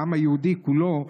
בעם היהודי כולו,